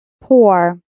poor